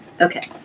Okay